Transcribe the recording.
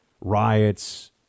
riots